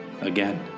Again